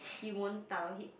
he won't start on it